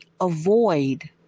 avoid